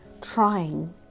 trying